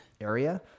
area